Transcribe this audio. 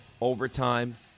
Overtime